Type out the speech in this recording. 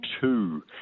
two